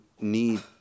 need